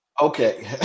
Okay